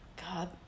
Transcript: God